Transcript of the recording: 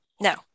No